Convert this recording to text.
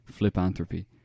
Flipanthropy